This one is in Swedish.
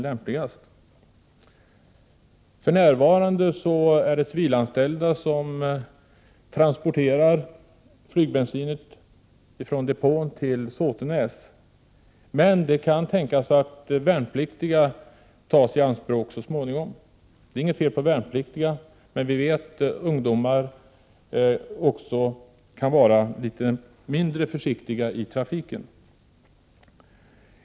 Det är nu civilanställda som transporterar flygbensinen från depån till Såtenäs, men det kan tänkas att värnpliktiga tas i anspråk så småningom. Det är inget fel på värnpliktiga, men vi vet ju att ungdomar kan vara litet mindre försiktiga i trafiken.